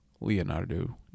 Leonardo